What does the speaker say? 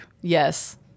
yes